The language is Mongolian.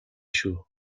шүү